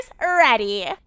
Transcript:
ready